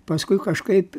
paskui kažkaip